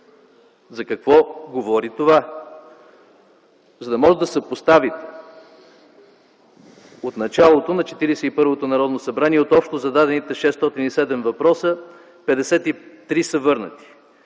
За какво говори това? За да може да съпоставите – от началото на Четиридесет и първото Народно събрание, от общо зададените 607 въпроса, 53 са върнати.